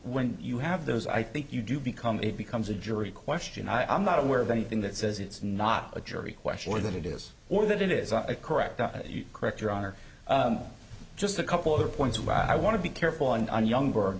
when you have those i think you do become it becomes a jury question i am not aware of anything that says it's not a jury question or that it is or that it is a correct correct your honor just a couple who point to i want to be careful on younger